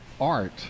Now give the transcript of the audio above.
Art